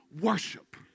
worship